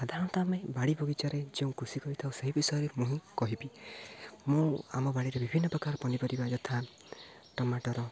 ସାଧାରଣତଃ ଆମେ ବାଡ଼ି ବଗିଚାରେ ଯେଉଁ ଖୁସି କରିଥାଉ ସେହି ବିଷୟରେ ମୁଁ ହିଁ କହିବି ମୁଁ ଆମ ବାଡ଼ିରେ ବିଭିନ୍ନ ପ୍ରକାର ପନିପରିବା ଯଥା ଟମାଟର